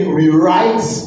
rewrite